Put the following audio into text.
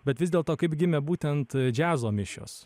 bet vis dėlto kaip gimė būtent džiazo mišios